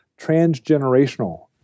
transgenerational